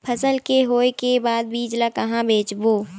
फसल के होय के बाद बीज ला कहां बेचबो?